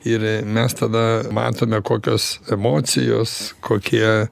ir mes tada matome kokios emocijos kokie